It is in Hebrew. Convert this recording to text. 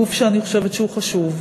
גוף שאני חושבת שהוא חשוב.